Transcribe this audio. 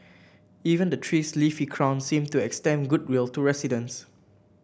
even the tree's leafy crown seemed to extend goodwill to residents